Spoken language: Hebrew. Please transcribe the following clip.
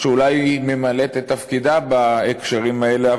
שאולי ממלאת את תפקידה בהקשרים האלה,